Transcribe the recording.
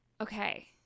Okay